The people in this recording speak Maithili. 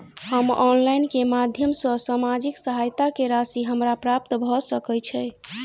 हम ऑनलाइन केँ माध्यम सँ सामाजिक सहायता केँ राशि हमरा प्राप्त भऽ सकै छै?